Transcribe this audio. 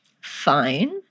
fine